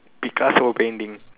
Picasso painting